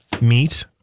meat